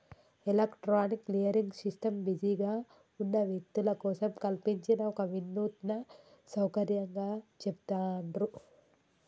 electronic clearing system బిజీగా ఉన్న వ్యక్తుల కోసం కల్పించిన ఒక వినూత్న సౌకర్యంగా చెబుతాండ్రు